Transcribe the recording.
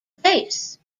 base